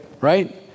right